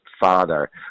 Father